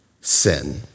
sin